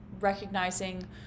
recognizing